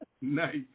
Nice